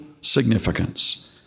significance